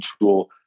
tool